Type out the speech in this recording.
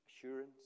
assurance